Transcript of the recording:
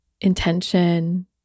intention